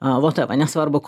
nesvarbu kokio ten